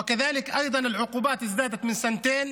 וגם עונש המאסר עלה משנתיים